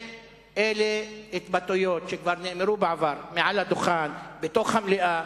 אלה התבטאויות שכבר נאמרו בעבר מעל הדוכן במליאה.